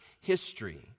history